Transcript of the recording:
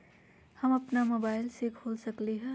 हम अपना मोबाइल से खोल सकली ह?